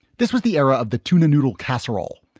this was the era of the tuna noodle casserole,